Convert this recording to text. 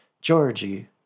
Georgie